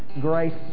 grace